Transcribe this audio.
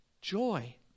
joy